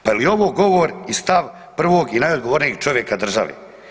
Pa je li ovo govor i stav prvog i najodgovornijeg čovjeka države?